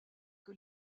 que